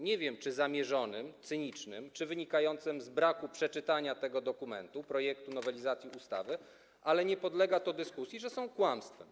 Nie wiem, czy zamierzonym, cynicznym, czy wynikającym z braku przeczytania tego dokumentu, projektu nowelizacji ustawy, ale nie podlega dyskusji, że część jest kłamstwem.